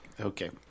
Okay